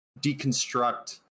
deconstruct